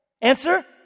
Answer